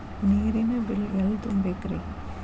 ನೇರಿನ ಬಿಲ್ ಎಲ್ಲ ತುಂಬೇಕ್ರಿ?